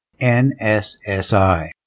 NSSI